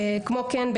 כמו כן,